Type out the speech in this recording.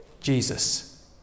Jesus